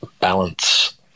balance